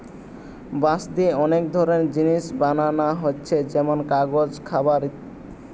বাঁশ দিয়ে অনেক ধরনের জিনিস বানানা হচ্ছে যেমন কাগজ, খাবার